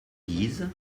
guise